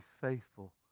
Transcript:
faithful